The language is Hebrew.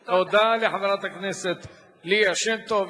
תודה לחברת הכנסת ליה שמטוב.